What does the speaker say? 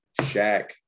Shaq